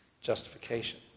justification